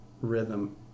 rhythm